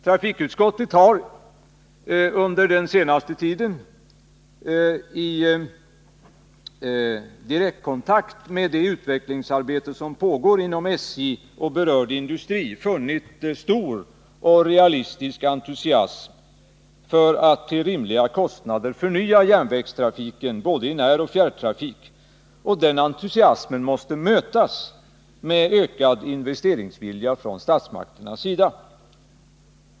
Trafikutskottet har under den senaste tiden i direktkontakt med det utvecklingsarbete som pågår inom SJ och berörd industri funnit stor och realistisk entusiasm för att till rimliga kostnader förnya järnvägstrafiken både i näroch fjärrtrafik. Den entusiasmen måste mötas med ökad investeringsvilja från statsmakterna.